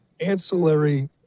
ancillary